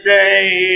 day